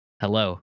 Hello